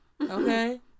Okay